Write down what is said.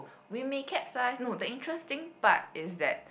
we may capsize no the interesting part is that